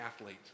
athlete